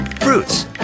fruits